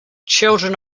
children